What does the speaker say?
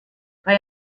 bei